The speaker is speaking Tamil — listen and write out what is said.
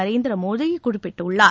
நரேந்திர மோடி குறிப்பிட்டுள்ளார்